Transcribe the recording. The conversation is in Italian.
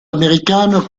americano